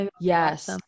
yes